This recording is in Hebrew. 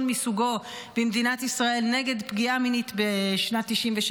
מסוגו במדינת ישראל נגד פגיעה מינית בשנת 1996,